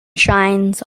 shines